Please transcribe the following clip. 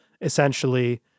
essentially